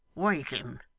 wake him